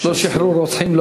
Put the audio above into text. לא שחררו רוצחים.